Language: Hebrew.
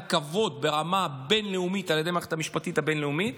כבוד ברמה בין-לאומית על ידי המערכת המשפטית הבין-לאומית,